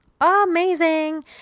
amazing